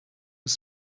was